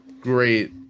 great